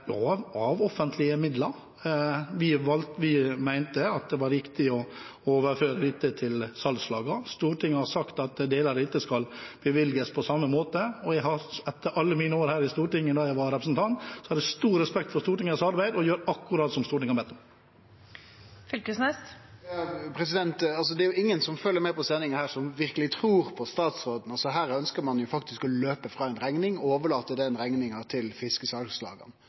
av offentlige midler. Vi mente det var riktig å overføre dette til salgslagene. Stortinget har sagt at deler av dette skal bevilges på samme måte. Jeg har, etter alle mine år her som stortingsrepresentant, stor respekt for Stortingets arbeid og gjør akkurat som Stortinget har bedt om. Det er ingen som følgjer med på denne sendinga som verkeleg trur på statsråden. Her ønskjer ein faktisk å springe frå ei rekning og overlate rekninga til fiskesalslaga.